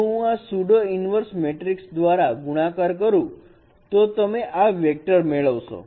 જો હું pseudo inverse "pseudo inverse" matrix દ્વારા ગુણાકાર કરું તો તમે આ વેક્ટર મેળવશો